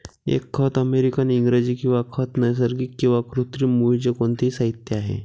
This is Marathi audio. एक खत अमेरिकन इंग्रजी किंवा खत नैसर्गिक किंवा कृत्रिम मूळचे कोणतेही साहित्य आहे